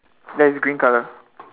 ya it's green colour